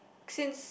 since